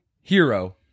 hero